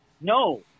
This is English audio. no